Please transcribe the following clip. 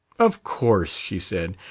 of course, she said.